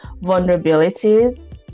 vulnerabilities